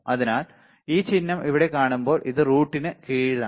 അതിനാൽ ഈ ചിഹ്നം ഇവിടെ കാണുമ്പോൾ ഇത് റൂട്ടിന് കീഴിലാണ്